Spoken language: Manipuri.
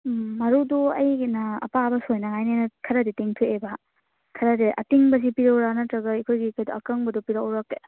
ꯎꯝ ꯃꯔꯨꯗꯤ ꯑꯩꯒꯤꯅ ꯑꯄꯥꯕ ꯁꯣꯏꯅꯉꯥꯏꯅꯦꯅ ꯈꯔꯗꯤ ꯇꯤꯡꯊꯣꯛꯑꯦꯕ ꯈꯔꯗꯤ ꯑꯇꯤꯡꯕꯁꯤ ꯄꯤꯔꯛꯎꯔꯥ ꯅꯠꯇ꯭ꯔꯒ ꯑꯩꯈꯣꯏꯒꯤ ꯑꯀꯪꯕꯗꯨ ꯄꯤꯔꯛꯎꯔꯥ